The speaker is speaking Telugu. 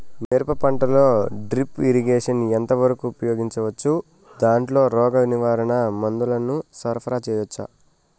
మిరప పంటలో డ్రిప్ ఇరిగేషన్ ఎంత వరకు ఉపయోగించవచ్చు, దాంట్లో రోగ నివారణ మందుల ను సరఫరా చేయవచ్చా?